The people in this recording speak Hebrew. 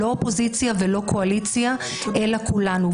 לא אופוזיציה ולא קואליציה, אלא כולנו.